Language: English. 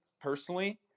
personally